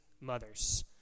mothers